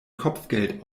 kopfgeld